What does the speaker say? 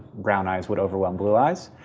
brown eyes would overwhelm blue eyes,